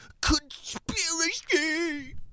Conspiracy